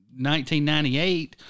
1998